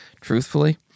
truthfully